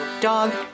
dog